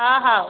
ହଁ ହଉ